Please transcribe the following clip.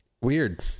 Weird